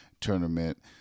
Tournament